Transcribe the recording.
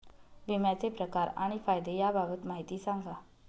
विम्याचे प्रकार आणि फायदे याबाबत माहिती सांगा